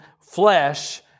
flesh